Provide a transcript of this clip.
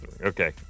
Okay